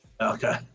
Okay